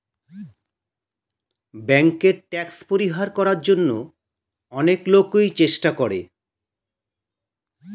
ব্যাংকে ট্যাক্স পরিহার করার জন্য অনেক লোকই চেষ্টা করে